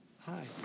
Hi